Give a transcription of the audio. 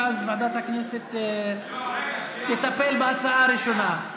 ואז ועדת הכנסת תטפל בהצעה הראשונה.